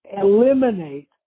eliminate